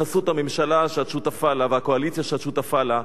בחסות הממשלה שאת שותפה לה והקואליציה שאת שותפה לה,